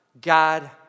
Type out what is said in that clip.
God